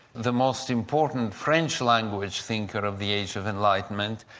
the most important french language thinker of the age of enlightenment,